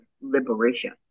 liberation